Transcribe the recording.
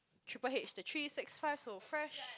triple H the three six five so fresh